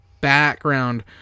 background